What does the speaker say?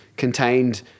contained